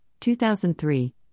2003